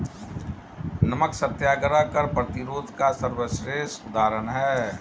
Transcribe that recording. नमक सत्याग्रह कर प्रतिरोध का सर्वश्रेष्ठ उदाहरण है